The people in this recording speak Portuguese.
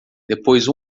depois